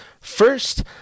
First